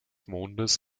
mondes